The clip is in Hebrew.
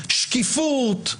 שקיפות,